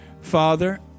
Father